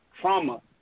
trauma